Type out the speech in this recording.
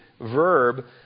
verb